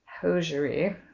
hosiery